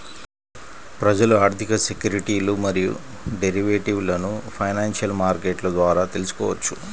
ప్రజలు ఆర్థిక సెక్యూరిటీలు మరియు డెరివేటివ్లను ఫైనాన్షియల్ మార్కెట్ల ద్వారా తెల్సుకోవచ్చు